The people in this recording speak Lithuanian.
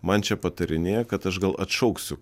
man čia patarinėja kad aš gal atšauksiu